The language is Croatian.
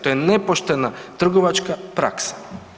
To je nepoštena trgovačka praksa.